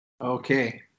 Okay